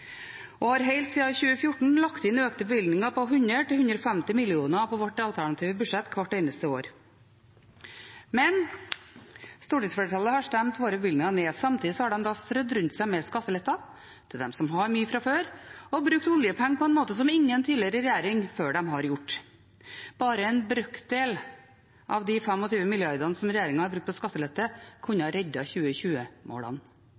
og har helt siden 2014 lagt inn økte bevilgninger på 100–150 mill. kr i vårt alternative budsjett hvert eneste år. Men stortingsflertallet har stemt våre bevilgninger ned. Samtidig har de strødd rundt seg med skattelette til dem som har mye fra før, og brukt oljepengene på en måte som ingen tidligere regjering før dem har gjort. Bare en brøkdel av de 25 mrd. kr som regjeringen har brukt på skattelette,